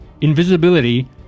invisibility